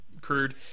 crude